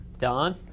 Don